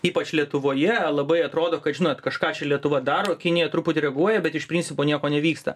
ypač lietuvoje labai atrodo kad žinot kažką čia lietuva daro kinija truputį reaguoja bet iš principo nieko nevyksta